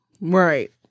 right